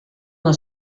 una